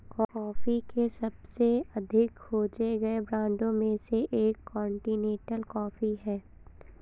coffee के सबसे अधिक खोजे गए ब्रांडों में से एक कॉन्टिनेंटल कॉफ़ी है